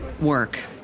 work